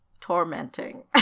tormenting